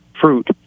fruit